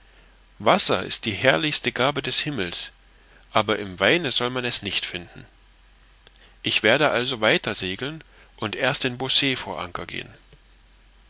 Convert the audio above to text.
wasser ist die herrlichste gabe des himmels aber im weine soll man es nicht finden ich werde also weiter segeln und erst in beausset vor anker gehen